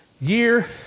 year